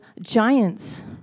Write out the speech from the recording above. giants